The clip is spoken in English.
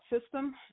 system